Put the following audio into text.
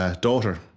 daughter